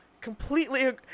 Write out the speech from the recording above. completely